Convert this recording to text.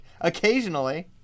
Occasionally